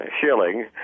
shilling